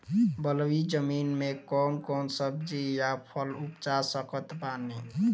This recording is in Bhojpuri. बलुई जमीन मे कौन कौन सब्जी या फल उपजा सकत बानी?